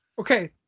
Okay